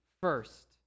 First